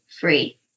free